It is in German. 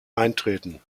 eintreten